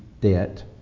debt